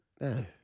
No